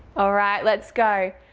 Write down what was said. all right, let's go.